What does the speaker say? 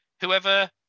whoever